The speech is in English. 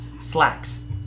slacks